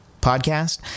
podcast